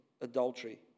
adultery